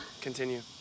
Continue